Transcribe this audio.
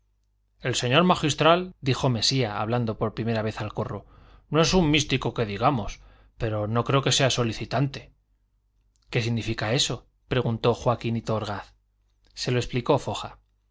el señor magistral dijo mesía hablando por primera vez al corro no es un místico que digamos pero no creo que sea solicitante qué significa eso preguntó joaquinito orgaz se lo explicó foja